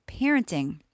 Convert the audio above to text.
parenting